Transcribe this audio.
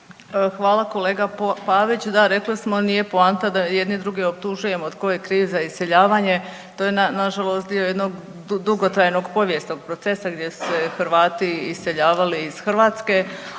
Hvala kolega Pavić, da rekli smo nije poanta da jedni druge optužujemo tko je kriv za iseljavanje, to je nažalost dio jednog dugotrajnog povijesnog procesa gdje su se Hrvati iseljavali iz Hrvatske,